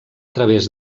través